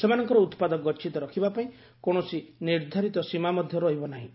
ସେମାନଙ୍କ ଉତ୍ପାଦ ଗଚ୍ଛିତ ରଖିବା ପାଇଁ କୌଣସି ନିର୍ଦ୍ଧାରିତ ସୀମା ମଧ୍ୟ ରହିବ ନାହିଁ